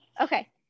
okay